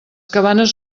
cabanes